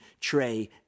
tray